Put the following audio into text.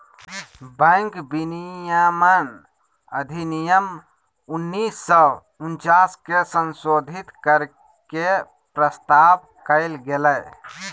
bank विनियमन अधिनियम उन्नीस सौ उनचास के संशोधित कर के के प्रस्ताव कइल गेलय